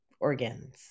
organs